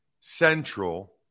Central